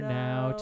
now